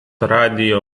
radijo